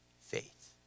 faith